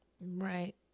Right